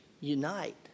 unite